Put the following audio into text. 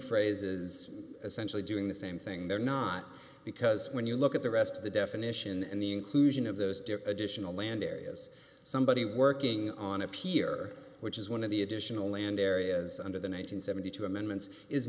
phrases essentially doing the same thing they're not because when you look at the rest of the definition and the inclusion of those additional land areas somebody working on a pier which is one of the additional land areas under the nine hundred and seventy two dollars amendments is